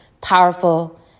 powerful